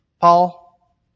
Paul